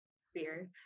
sphere